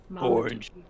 Orange